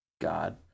God